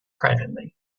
privately